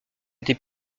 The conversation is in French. été